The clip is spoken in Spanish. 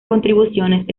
contribuciones